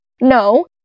no